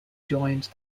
joined